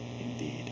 indeed